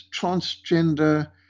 transgender